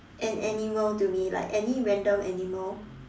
an animal to me like any random animal